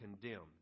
condemned